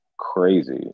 crazy